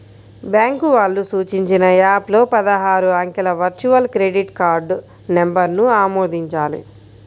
bank వాళ్ళు సూచించిన app లో పదహారు అంకెల వర్చువల్ క్రెడిట్ కార్డ్ నంబర్ను ఆమోదించాలి